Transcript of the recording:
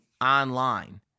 online